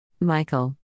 Michael